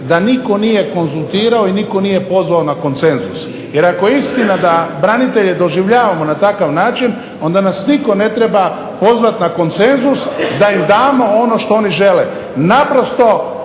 da nitko nije konzultirao i nitko nije pozvao na konsenzus, jer ako je istina da branitelje doživljavamo na takav način, onda nas nitko ne treba pozvati na konsenzus da im damo ono što oni žele. Naprosto,